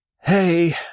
Hey